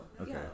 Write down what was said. Okay